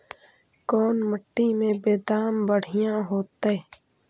कोन मट्टी में बेदाम बढ़िया होतै?